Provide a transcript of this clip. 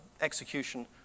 execution